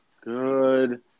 Good